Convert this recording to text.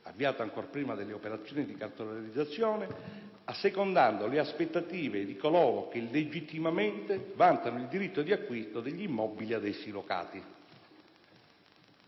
avviato ancor prima delle operazioni di cartolarizzazione, assecondando le aspettative di coloro che legittimamente vantano il diritto d'acquisto degli immobili ad essi locati.